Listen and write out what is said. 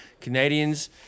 Canadians